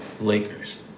Lakers